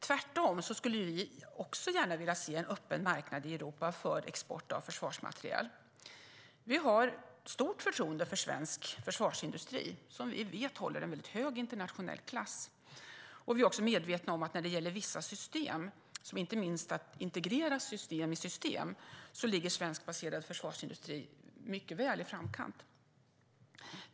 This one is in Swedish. Tvärtom skulle vi också gärna vilja se en öppen marknad i Europa för export av försvarsmateriel. Vi har stort förtroende för svensk försvarsindustri, som vi vet håller en mycket hög internationell klass. Vi är medvetna om att beträffande vissa system, inte minst när det gäller att integrera system i system, ligger svenskbaserad försvarsindustri i framkant.